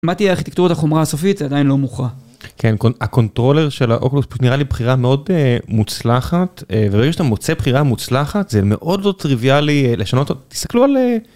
מה תהיה ארכיטקטורית החומרה הסופית עדיין לא מוכרע. כן, הקונטרולר של האוקולוס פשוט נראה לי בחירה מאוד מוצלחת, וברגע שאתה מוצא בחירה מוצלחת זה מאוד לא טריוויאלי לשנות, תסתכלו על אה...